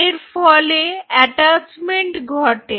এর ফলে অ্যাটাচমেন্ট ঘটে